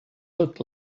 look